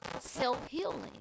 self-healing